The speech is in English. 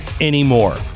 anymore